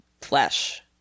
flesh